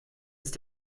ist